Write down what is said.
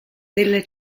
della